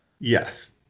yes